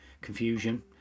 confusion